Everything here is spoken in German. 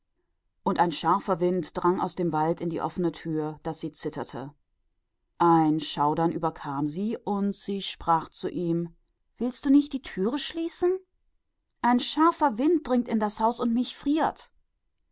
und ein bitterer wind kam vom walde herein durch die offene tür und ließ sie erzittern und sie schauderte und sagte zu ihm willst du die tür nicht schließen es weht ein bitterer wind ins haus und mich friert